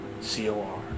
C-O-R